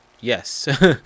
yes